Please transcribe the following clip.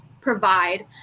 provide